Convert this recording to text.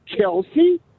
Kelsey